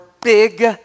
big